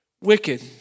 wicked